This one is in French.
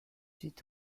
huit